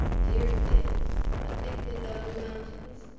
dear felix a picnic on the mountains.